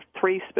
three